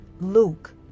Luke